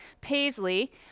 Paisley